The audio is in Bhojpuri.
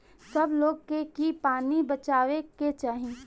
सब लोग के की पानी बचावे के चाही